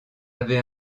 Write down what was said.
avez